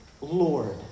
Lord